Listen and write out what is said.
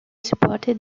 supported